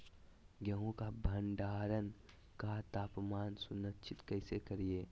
गेहूं का भंडारण का तापमान सुनिश्चित कैसे करिये?